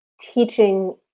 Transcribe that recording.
teaching